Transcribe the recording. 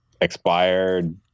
expired